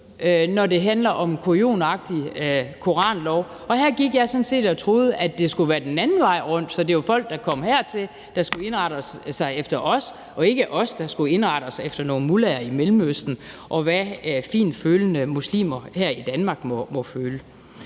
når det handler om kujonagtig koranlov. Og her gik jeg sådan set og troede, at det skulle være den anden vej rundt, så det var folk, der kom hertil, der skulle indrette sig efter os, og at det ikke var os, der skulle indrette os efter nogle mullaher i Mellemøsten, og hvad fintfølende muslimer her i Danmark måtte føle.